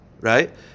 right